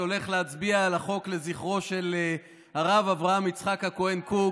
שהולך להצביע על החוק לזכרו של הרב אברהם יצחק הכהן קוק.